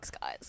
guys